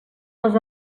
les